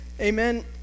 amen